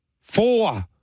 four